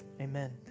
Amen